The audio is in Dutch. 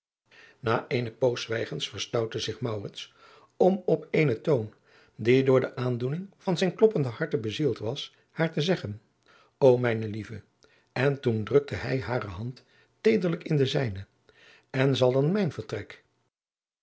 na eene poos zwijgens verstoutte zich maurits om op eenen toon die door de aandoening van zijn kloppend harte bezield was haar te zeggen o mijne lieve en toen drukte hij hare hand teederlijk in de zijne en zal dan mijn vertrek